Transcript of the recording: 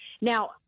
now